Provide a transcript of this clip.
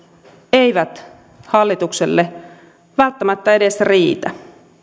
eivät hallitukselle välttämättä edes riitä